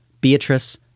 Beatrice